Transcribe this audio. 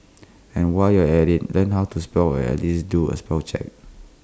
and while you're at IT learn how to spell or at least do A spell check